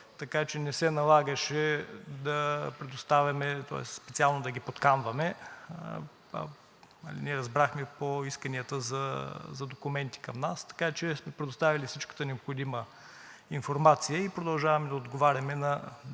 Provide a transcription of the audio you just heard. така че не се налагаше да предоставяме, тоест специално да ги подканваме. Ние разбрахме по исканията за документи към нас, така че сме предоставили всичката необходима информация и продължаваме да отговаряме на допълнителни